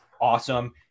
awesome